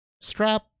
strap